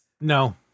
No